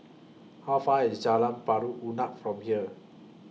How Far IS Jalan Pari Unak from here